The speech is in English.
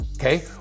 okay